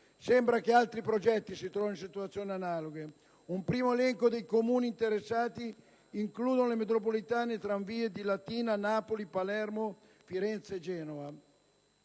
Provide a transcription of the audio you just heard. Sembra che altri progetti si trovino in situazioni analoghe. Un primo elenco dei Comuni interessati include le metropolitane e tramvie di Latina, Napoli, Palermo, Firenze e Genova.